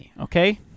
Okay